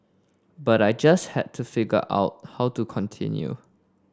but I just had to figure out how to continue